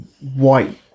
white